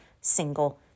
single